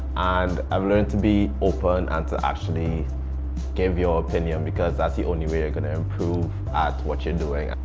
and i've learned to be open and to actually give your opinion because that's the only way you're going to improve at what you're doing.